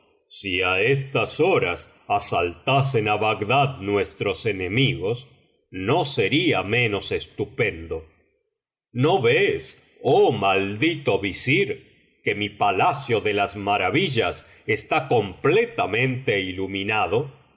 si á estas horas asaltasen á bagdad nuestros enemigos no sería menos estupendo no ves oh maldito visir que mi palacio de las maravillas está completamente iluminado